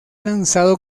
lanzado